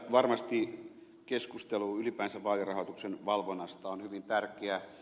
varmasti keskustelu ylipäänsä vaalirahoituksen valvonnasta on hyvin tärkeää